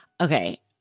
Okay